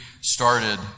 started